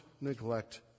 neglect